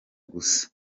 gusa